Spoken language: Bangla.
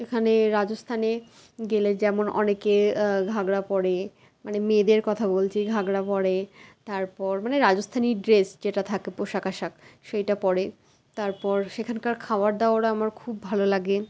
এখানে রাজস্থানে গেলে যেমন অনেকে ঘাগরা পরে মানে মেয়েদের কথা বলছি ঘাগরা পরে তারপর মানে রাজস্থানী ড্রেস যেটা থাকে পোশাক আশাক সেইটা পরে তারপর সেখানকার খাবার দাবারও আমার খুব ভালো লাগে